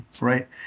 right